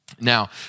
Now